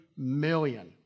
million